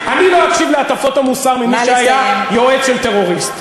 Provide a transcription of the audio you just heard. אני לא אקשיב להטפות המוסר ממי שהיה יועץ של טרוריסט.